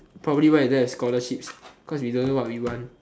probably why we don't have scholarships cause we don't know what we want